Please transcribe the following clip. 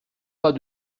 pas